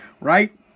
right